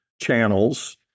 channels